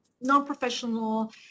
non-professional